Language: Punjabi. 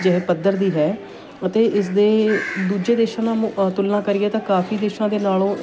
ਜਿਹੇ ਪੱਧਰ ਦੀ ਹੈ ਅਤੇ ਇਸਦੇ ਦੂਜੇ ਦੇਸ਼ਾਂ ਨ ਮ ਤੁਲਨਾ ਕਰੀਏ ਤਾਂ ਕਾਫੀ ਦੇਸ਼ਾਂ ਦੇ ਨਾਲੋਂ